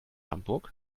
hamburg